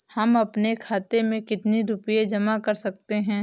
हम अपने खाते में कितनी रूपए जमा कर सकते हैं?